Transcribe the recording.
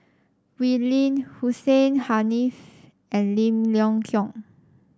Wee Lin Hussein Haniff and Lim Leong Geok